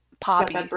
poppy